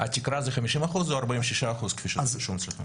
התקרה זה 50% או 46% כפי שרשום אצלך?